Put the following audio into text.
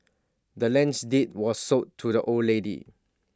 the land's deed was sold to the old lady